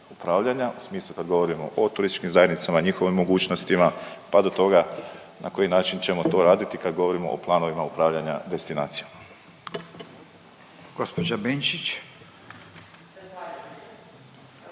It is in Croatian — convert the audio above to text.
upravljanja u smislu kad govorimo o turističkim zajednicama, njihovim mogućnostima, pa do toga na koji način ćemo to raditi, kad govorimo o planovima upravljanja destinacijom. **Radin, Furio